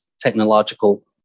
technological